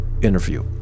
interview